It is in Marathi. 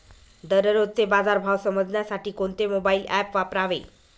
दररोजचे बाजार भाव समजण्यासाठी कोणते मोबाईल ॲप वापरावे?